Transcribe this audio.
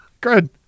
Good